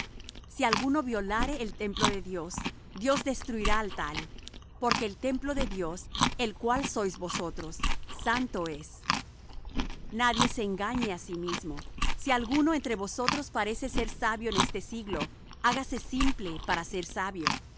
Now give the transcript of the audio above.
si alguno violare el templo de dios dios destruirá al tal porque el templo de dios el cual sois vosotros santo es nadie se engañe á sí mismo si alguno entre vosotros parece ser sabio en este siglo hágase simple para ser sabio